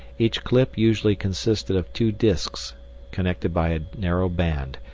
each clip usually consisted of two discs connected by a narrow band,